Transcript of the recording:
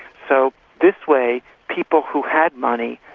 so this way, people who had money,